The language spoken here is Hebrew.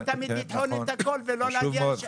תמיד לטחון את הכול ולא להגיע לתוצאות.